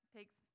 Takes